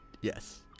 Yes